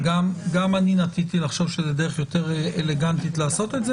גם אני נטיתי לחשוב שזו דרך יותר אלגנטית לעשות את זה.